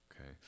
okay